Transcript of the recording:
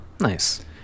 nice